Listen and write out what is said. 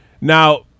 Now